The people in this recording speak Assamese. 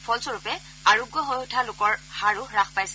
ফলস্বৰূপে আৰোগ্য হৈ উঠা লোকৰ হাৰো হ্ৱাস পাইছে